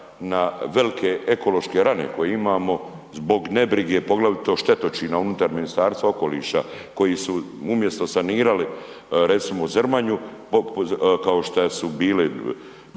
na velike ekološke rane koje imamo, zbog nebrige poglavito štetočina unutar Ministarstva okoliša koji su umjesto sanirali recimo Zrmanju kao šta su bili,